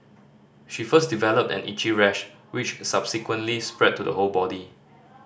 she first developed an itchy rash which subsequently spread to the whole body